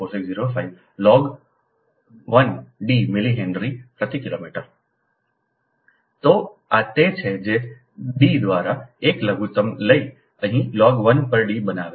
4605 લ 1ગ 1 d millihenry પર પ્રતિ કિલોમીટર તો આ તે છે જે d દ્વારા 1 લઘુત્તમ લઈ અહીં લોગ 1 પર d બનાવે છે